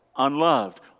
Unloved